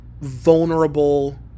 vulnerable